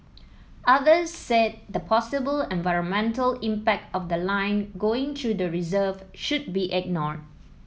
others said the possible environmental impact of the line going through the reserve should be ignored